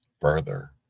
further